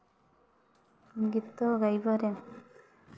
ଗୀତ ଗାଇବାରେ